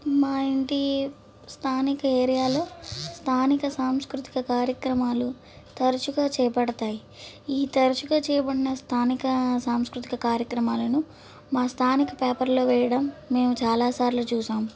మా ఇంటి స్థానిక ఏరియాలో స్థానిక సాంస్కృతిక కార్యక్రమాలు తరచుగా చేపడుతాయి ఈ తరచుగా చేయబడిన స్థానిక సాంస్కృతిక కార్యక్రమాలను మన స్థానిక పేపర్లో వేయడం మేము చాలాసార్లు చూశాం